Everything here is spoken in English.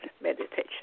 meditation